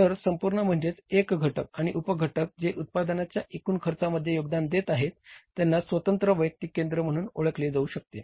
तर संपूर्ण म्हणजे हे घटक आणि उप घटक जे उत्पादनाच्या एकूण खर्चामध्ये योगदान देत आहेत त्यांना स्वतंत्र वैयक्तिक केंद्र म्हणून ओळखले जाऊ शकते